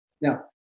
now